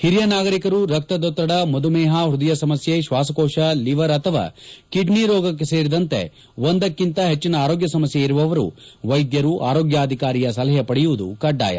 ಹಿರಿಯ ನಾಗರಿಕರು ರಕ್ತದೊತ್ತಡ ಮಧುಮೇಪ ಹೃದಯ ಸಮಸ್ಥೆ ಶ್ವಾಸಕೋಶ ಲಿವರ್ ಅಥವಾ ಕಿಡ್ನಿ ರೋಗ ಸೇರಿದಂತೆ ಒಂದಕ್ಕಿಂತ ಹೆಚ್ಚನ ಆರೋಗ್ಯ ಸಮಸ್ತೆ ಇರುವವರು ವೈದ್ಯರು ಆರೋಗ್ಯ ಅಧಿಕಾರಿಯ ಸಲಹೆ ಪಡೆಯುವುದು ಕಡ್ಡಾಯ